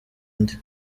undi